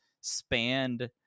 spanned